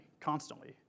constantly